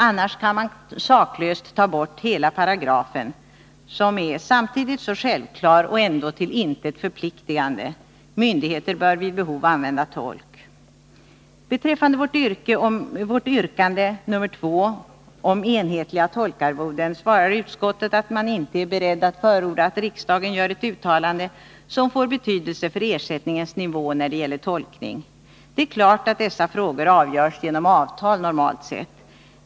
Annars kan man saklöst ta bort hela paragrafen, som är så självklar men ändå till intet förpliktande: myndigheter bör vid behov använda tolk. Beträffande vårt yrkande nr 2 om enhetliga tolkarvoden svarar utskottet att det inte är berett att förorda att riksdagen gör ett uttalande som får betydelse för ersättningens nivå när det gäller tolkning. Det är klart att dessa frågor, normalt sett, avgörs genom avtal.